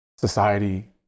society